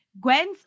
Gwen's